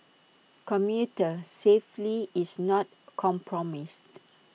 commuter safely is not compromised